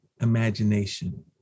imagination